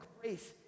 grace